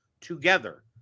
together